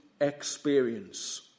experience